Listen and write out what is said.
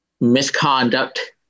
misconduct